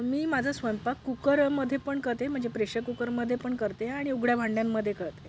मी माझा स्वयंपाक कुकरमध्ये पण करते म्हणजे प्रेशर कुकरमध्ये पण करते आणि उघड्या भांड्यांमध्ये करते